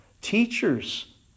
Teachers